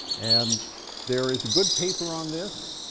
and there is a good paper on this,